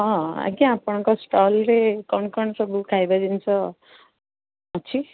ହଁ ଆଜ୍ଞା ଆପଣଙ୍କ ଷ୍ଟଲ୍ରେ କ'ଣ କ'ଣ ସବୁ ଖାଇବା ଜିନିଷ ଅଛି